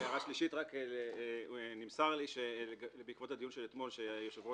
הערה שלישית נמסר לי בעקבות הדיון של אתמול שהיושב-ראש